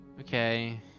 okay